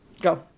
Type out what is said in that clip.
go